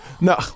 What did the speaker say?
No